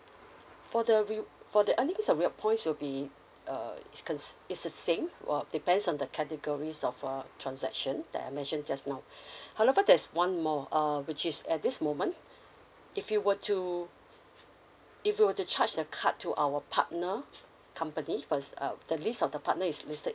for the re~ for the earnings of rewards points will be err is con~ it's a sink uh depends on the categories of err transaction that I mentioned just now however there's one more err which is at this moment if you were to if you were to charge the card to our partner company first uh the list of the partner is listed